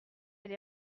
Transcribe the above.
elle